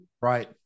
Right